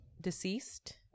deceased